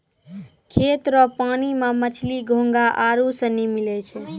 खेत रो पानी मे मछली, घोंघा आरु सनी मिलै छै